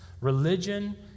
religion